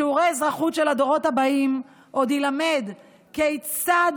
בשיעורי האזרחות של הדורות הבאים עוד יילמד כיצד